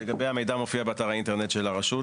לגבי המידע המופיע באתר האינטרנט של הרשות,